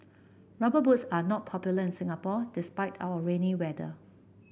rubber boots are not popular in Singapore despite our rainy weather